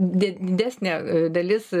didesnė dalis